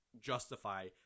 justify